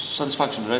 satisfaction